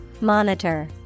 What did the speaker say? Monitor